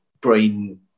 brain